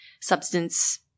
substance